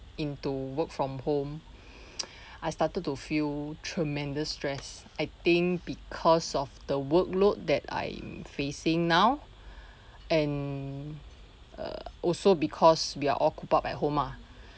into work from home I started to feel tremendous stress I think because of the workload that I'm facing now and err also because we are all cooped up at home ah